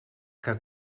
que